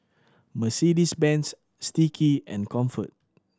Mercedes Benz Sticky and Comfort